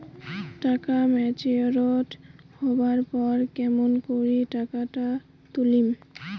টাকা ম্যাচিওরড হবার পর কেমন করি টাকাটা তুলিম?